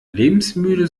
lebensmüde